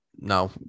No